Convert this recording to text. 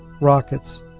rockets